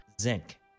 Zinc